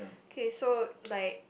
okay so like